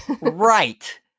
Right